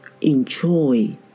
enjoy